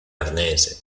arnese